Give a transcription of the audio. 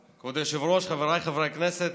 היושב-ראש, חבריי חברי הכנסת,